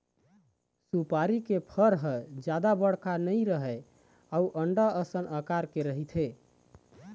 सुपारी के फर ह जादा बड़का नइ रहय अउ अंडा असन अकार के रहिथे